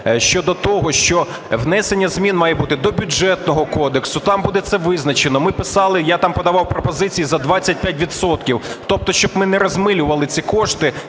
щодо того, що внесення змін має бути до Бюджетного кодексу, там буде це визначено. Ми писали, я там подавав пропозиції за 25 відсотків. Тобто щоб ми не розмилювали ці кошти.